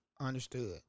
Understood